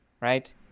right